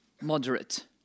moderate